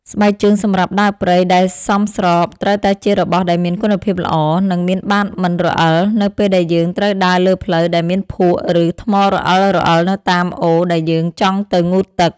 ស្បែកជើងសម្រាប់ដើរព្រៃដែលសមស្របត្រូវតែជារបស់ដែលមានគុណភាពល្អ និង មានបាតមិនរអិលនៅពេលដែលយើងត្រូវដើរលើផ្លូវដែលមានភក់ ឬ ថ្មរអិលៗនៅតាមអូរដែលយើងចង់ទៅងូតទឹក។